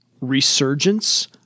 resurgence